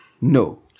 No